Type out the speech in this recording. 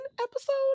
episode